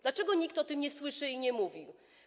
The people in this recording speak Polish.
Dlaczego nikt o tym nie słyszy i nie mówi?